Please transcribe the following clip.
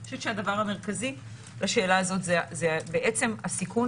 אני חושבת שהדבר המרכזי בשאלה הזאת הוא בעצם הסיכון